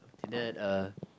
and then then